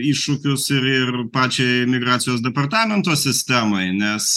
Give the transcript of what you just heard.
iššūkius ir ir pačiai migracijos departamento sistemai nes